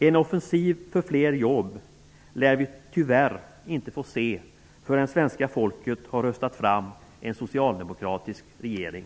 En offensiv för fler jobb lär vi tyvärr inte få se förrän svenska folket har röstat fram en socialdemokratisk regering.